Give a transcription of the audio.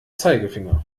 zeigefinger